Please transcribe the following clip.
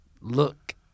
look